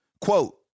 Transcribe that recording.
Quote